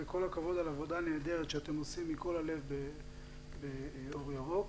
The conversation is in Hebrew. וכל הכבוד על עבודה נהדרת שאתם עושים מכל הלב באור ירוק.